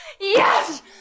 yes